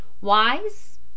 Wise